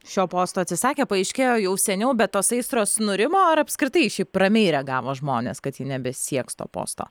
šio posto atsisakė paaiškėjo jau seniau bet tos aistros nurimo ar apskritai šiaip ramiai reagavo žmonės kad ji nebesieks to posto